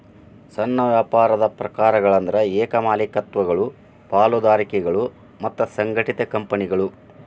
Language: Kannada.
ಸಣ್ಣ ವ್ಯಾಪಾರದ ಪ್ರಕಾರಗಳಂದ್ರ ಏಕ ಮಾಲೇಕತ್ವಗಳು ಪಾಲುದಾರಿಕೆಗಳು ಮತ್ತ ಸಂಘಟಿತ ಕಂಪನಿಗಳು